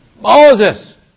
Moses